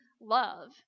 love